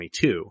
2022